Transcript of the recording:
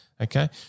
Okay